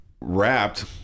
wrapped